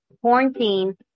quarantine